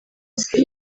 isi